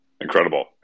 Incredible